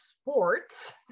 sports